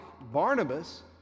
Barnabas